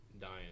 dying